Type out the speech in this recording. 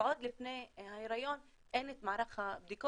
ועוד לפני ההיריון אין את מערך הבדיקות